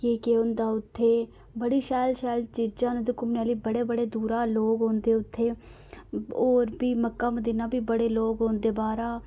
केह् केह् होंदा उत्थै बड़ी शैल शैल शैल चीजां ना उत्थै घूमने आहली बड़े बड़े दूरा लोक औंदे उत्थै होर बी मक्का मदीना बी बड़े लोक औंदे बाह्रा